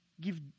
give